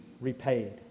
repaid